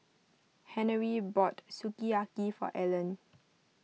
Henery bought Sukiyaki for Ellen